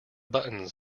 buttons